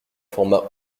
formats